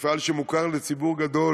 מפעל שמוכר לציבור גדול